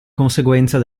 conseguenza